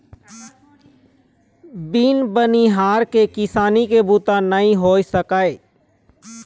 बिन बनिहार के किसानी के बूता नइ हो सकय